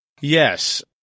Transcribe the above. Yes